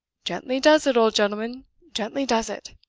gently does it, old gentleman gently does it!